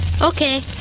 Okay